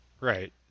Right